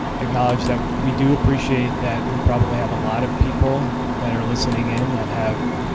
acknowledge that we do appreciate that we probably have a lot of people that are listening in that have